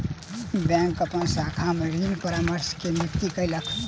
bank अपन शाखा में ऋण परामर्शक के नियुक्ति कयलक